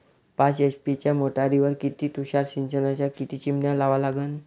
पाच एच.पी च्या मोटारीवर किती तुषार सिंचनाच्या किती चिमन्या लावा लागन?